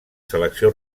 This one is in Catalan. selecció